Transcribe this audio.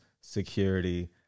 security